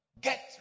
Get